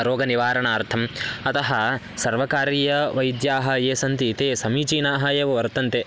रोगनिवारणार्थम् अतः सर्वकारीयवैद्याः ये सन्ति ते समीचीनाः एव वर्तन्ते